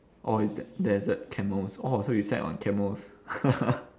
orh is that there's a camels orh so you sat on camels